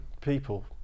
people